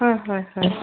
হয় হয় হয়